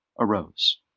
arose